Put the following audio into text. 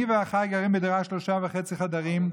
אני ואחיי גרים בדירת שלושה וחצי חדרים,